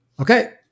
Okay